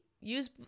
use